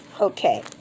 Okay